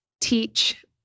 teach